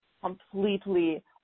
completely